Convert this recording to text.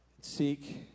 seek